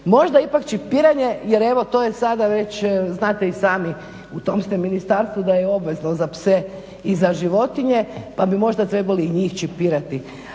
možda ipak čipiranje jer evo to je sada već znate i sami u tom ste ministarstvu da je obvezno za pse i za životinje pa bi možda trebali i njih čipirati.